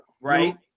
right